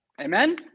Amen